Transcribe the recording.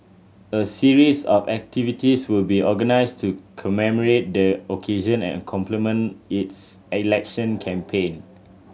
a series of activities will be organised to commemorate the occasion and complement its election campaign